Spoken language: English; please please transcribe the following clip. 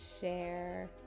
share